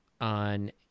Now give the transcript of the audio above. on